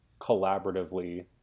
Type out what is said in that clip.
collaboratively